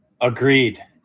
Agreed